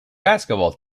basketball